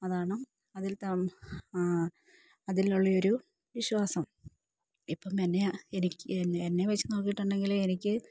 അതാണ് അതിൽ അതിലുള്ള ഒരു വിശ്വാസം ഇപ്പോള് എന്നെ വച്ചുനോക്കിയിട്ടുണ്ടെങ്കില് എനിക്ക്